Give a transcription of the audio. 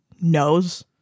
knows